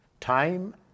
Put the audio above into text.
Time